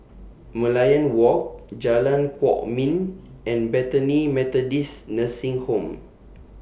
Merlion Walk Jalan Kwok Min and Bethany Methodist Nursing Home